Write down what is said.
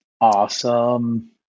Awesome